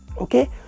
okay